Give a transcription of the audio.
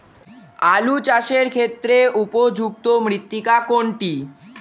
আলু চাষের ক্ষেত্রে উপযুক্ত মৃত্তিকা কোনটি?